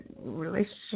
relationship